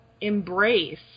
embrace